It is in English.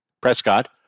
Prescott